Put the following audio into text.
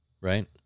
right